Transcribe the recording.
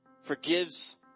forgives